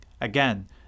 Again